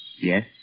Yes